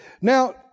Now